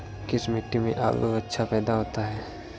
किस मिट्टी में आलू अच्छा पैदा होता है?